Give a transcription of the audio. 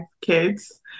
kids